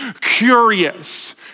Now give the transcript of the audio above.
curious